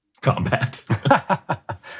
combat